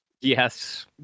Yes